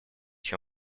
чем